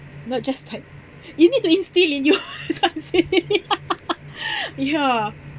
not just like you need to instill in you you know what I'm saying yeah